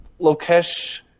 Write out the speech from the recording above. Lokesh